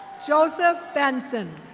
joseph benson.